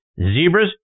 Zebras